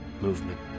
movement